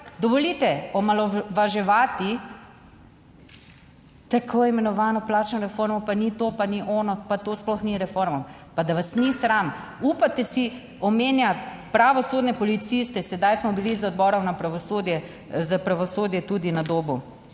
dovolite omalovaževati tako imenovano plačno reformo, pa ni to, pa ni ono, pa to sploh ni reforma, pa da vas ni sram. Upate si omenjati pravosodne policiste. Sedaj smo bili z Odborom za pravosodje tudi na Dobu